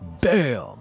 Bam